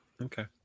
Okay